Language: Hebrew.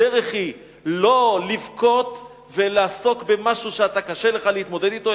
הדרך היא לא לבכות ולעסוק במשהו שאתה קשה לך להתמודד אתו,